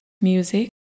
music